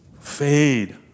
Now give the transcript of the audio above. fade